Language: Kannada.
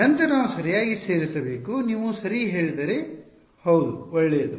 ನಂತರ ನಾವು ಸರಿಯಾಗಿ ಸೇರಿಸಬೇಕು ನೀವು ಸರಿ ಹೇಳಿದಿರಿ ಹೌದು ಒಳ್ಳೆಯದು